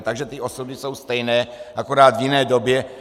Takže ty osoby jsou stejné, akorát v jiné době.